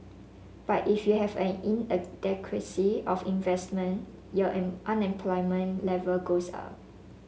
but if you have an inadequacy of investment your unemployment level goes up